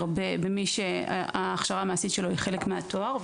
במי שההכשרה המעשית שלו היא חלק מהתואר.